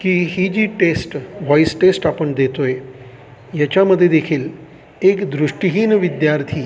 की ही जी टेस्ट व्हॉईस टेस्ट आपण देतो आहे याच्यामध्ये देखील एक दृष्टीहीन विद्यार्थी